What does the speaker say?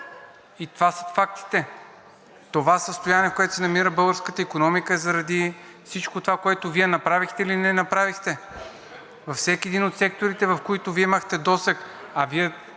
И това са фактите. Това състояние, в което се намира българската икономика, е заради всичко това, което Вие направихте или не направихте. Във всеки един от секторите, в които имахте досег, а Вие